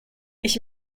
ich